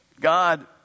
God